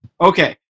Okay